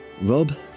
Rob